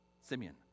Simeon